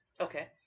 Okay